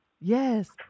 yes